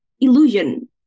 illusion